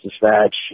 Dispatch